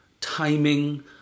timing